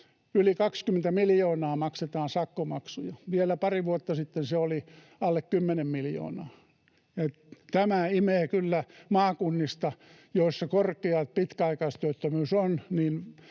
yli 20 miljoonaa maksetaan sakkomaksuja. Vielä pari vuotta sitten se oli alle 10 miljoonaa. Tämä imee kyllä maakunnista, joissa korkea pitkäaikaistyöttömyys on,